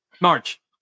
March